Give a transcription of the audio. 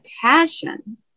passion